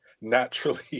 naturally